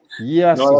Yes